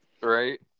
Right